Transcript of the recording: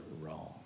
wrong